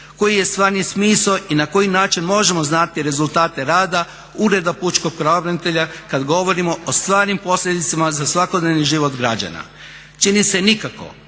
koji je stvarni smisao i na koji način možemo znati rezultate rada Ureda pučkog pravobranitelja kad govorimo o stvarnim posljedicama za svakodnevni život građana. Čini se nikako,